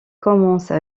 commencent